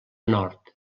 nord